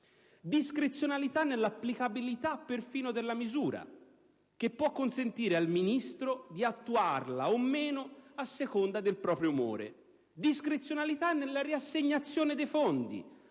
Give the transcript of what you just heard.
Discrezionalità nell'applicabilità perfino della misura, che può consentire al Ministro di attuarla o meno a seconda del proprio umore. Discrezionalità nella riassegnazione dei fondi,